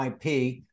IP